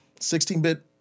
16-bit